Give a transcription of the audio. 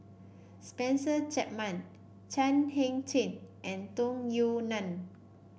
Spencer Chapman Chan Heng Chee and Tung Yue Nang